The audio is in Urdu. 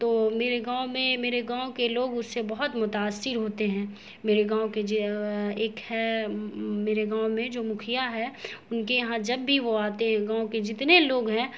تو میرے گاؤں میں میرے گاؤں کے لوگ اس سے بہت متاثر ہوتے ہیں میرے گاؤں کے ایک ہے میرے گاؤں میں جو مکھیا ہے ان کے یہاں جب بھی وہ آتے ہیں گاؤں کے جتنے لوگ ہیں